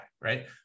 right